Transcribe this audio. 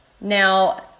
now